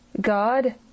God